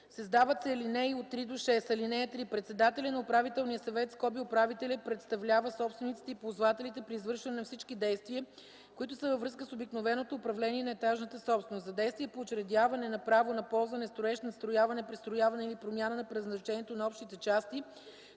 Създават се ал. 3 – 6: „(3) Председателят на управителния съвет (управителят) представлява собствениците и ползвателите при извършване на всички действия, които са във връзка с обикновеното управление на етажната собственост. За действия по учредяване на право на ползване, строеж, надстрояване, пристрояване или промяна на предназначението на общи части,